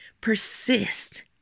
persist